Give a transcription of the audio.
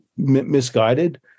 Misguided